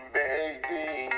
baby